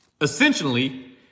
essentially